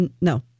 no